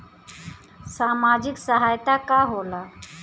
सामाजिक सहायता का होला?